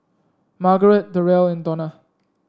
Margarete Derrell and Donna